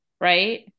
right